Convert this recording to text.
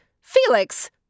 Felix